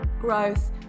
growth